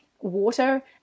water